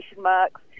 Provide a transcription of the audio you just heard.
marks